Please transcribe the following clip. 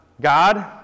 God